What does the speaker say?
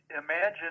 imagine